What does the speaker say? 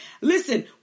Listen